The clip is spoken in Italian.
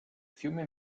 fiume